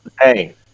Hey